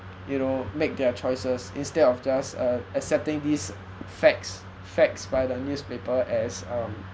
you know make their choices instead of just uh accepting these facts facts by the newspaper as um